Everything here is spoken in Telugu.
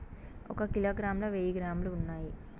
ఒక కిలోగ్రామ్ లో వెయ్యి గ్రాములు ఉన్నాయి